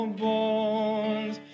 bones